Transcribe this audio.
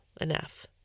enough